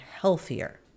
healthier